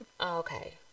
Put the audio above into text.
okay